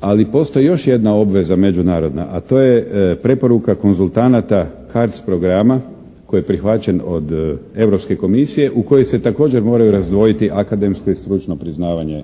ali postoji još jedna obveza međunarodna, a to je preporuka konzultanata CARDS programa koji je prihvaćen od Europske komisije u kojoj se također moraju razdvojiti akademsko i stručno priznavanje